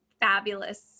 fabulous